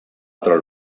otro